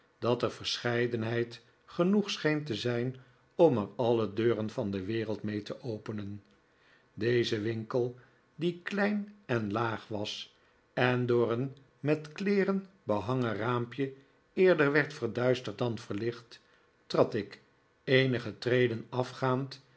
dat er verscheidenheid genoeg scheen te zijn om er alle deuren van de wereld mee te openen dezen winkel die klein en laag was en door een met kleeren behangen raampje eerder werd verduisterd dan verlicht trad ik eenige treden afgaand